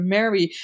Mary